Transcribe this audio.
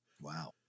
Wow